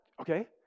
okay